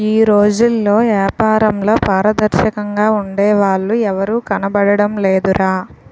ఈ రోజుల్లో ఏపారంలో పారదర్శకంగా ఉండే వాళ్ళు ఎవరూ కనబడడం లేదురా